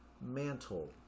Mantle